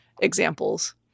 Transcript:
examples